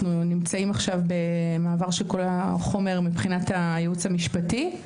אנחנו נמצאים עכשיו במעבר של כל החומר מבחינת הייעוץ המשפטי.